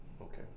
Okay